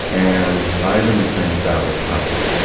and i didn't think that would help.